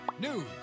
news